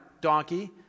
donkey